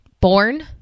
born